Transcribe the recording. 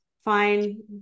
Fine